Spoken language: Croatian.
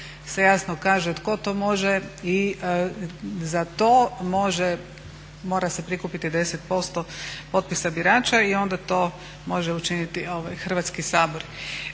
se jasno kaže tko to može i za to može, mora se prikupiti 10% potpisa birača i onda to može učiniti Hrvatski sabor.